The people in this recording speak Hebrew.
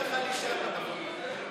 רע"מ והמשותפת לא ייתנו לך להישאר בתפקיד.